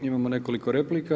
Imamo nekoliko replika.